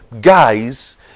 guys